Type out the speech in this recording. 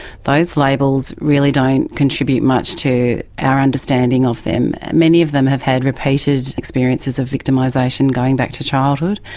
those labels really don't contribute much to our understanding of them, and many of them have had repeated experiences of victimisation going back to childhood.